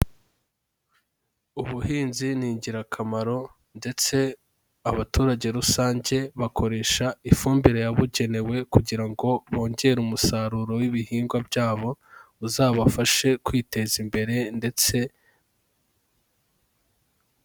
Ubuhinzi ni ingirakamaro ndetse abaturage rusange bakoresha ifumbire yabugenewe kugira ngo bongere umusaruro w'ibihingwa byabo, uzabafashe kwiteza imbere ndetse...